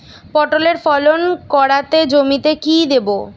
পটলের ফলন কাড়াতে জমিতে কি দেবো?